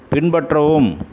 பின்பற்றவும்